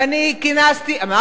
היו גם גברים.